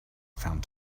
found